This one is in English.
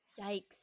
Yikes